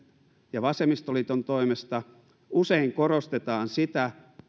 ja vasemmistoliiton toimesta usein korostetaan sitä